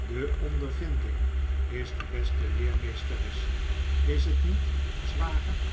de ondervinding is de beste leermeesteres is t niet zwager